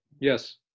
yes